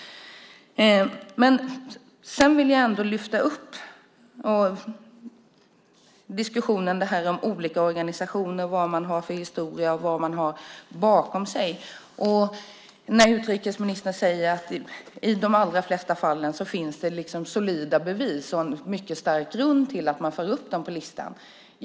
Jag vill ändå lyfta upp diskussionen om olika organisationer, vad man har för historia och vad man har bakom sig. Utrikesministern säger att det i de allra flesta fallen finns solida bevis och mycket stark grund till att man för upp någon på listan.